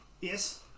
Yes